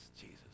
Jesus